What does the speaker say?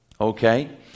Okay